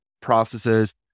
processes